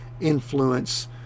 influence